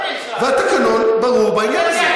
אין שר.